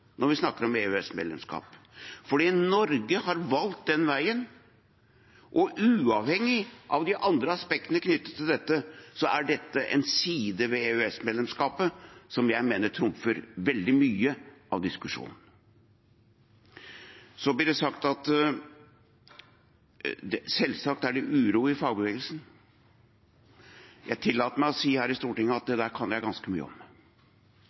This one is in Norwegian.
når vi snakker om EØS-medlemskap. For Norge har valgt den veien, og uavhengig av de andre aspektene knyttet til dette er dette en side ved EØS-medlemskapet som jeg mener trumfer veldig mye av diskusjonen. Så blir det sagt at det – selvsagt – er uro i fagbevegelsen. Jeg tillater meg å si her i Stortinget at det kan jeg ganske mye om.